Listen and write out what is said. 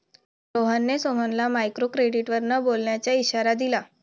रोहनने सोहनला मायक्रोक्रेडिटवर न बोलण्याचा इशारा दिला